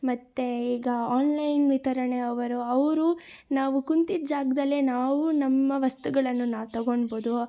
ಮತ್ತು ಈಗ ಆನ್ಲೈನ್ ವಿತರಣೆಯವರು ಅವರು ನಾವು ಕುಂತಿದ್ದ ಜಾಗದಲ್ಲೆ ನಾವು ನಮ್ಮ ವಸ್ತುಗಳನ್ನು ನಾವು ತಗೊಬೊದು